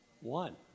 One